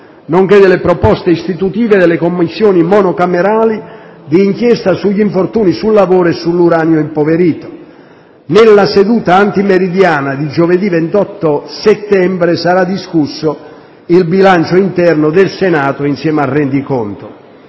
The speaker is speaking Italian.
nonché delle proposte istitutive delle Commissioni monocamerali di inchiesta sugli infortuni sul lavoro e sull'uranio impoverito. Nella seduta antimeridiana di giovedì 28 settembre sarà discusso il bilancio interno del Senato insieme al rendiconto.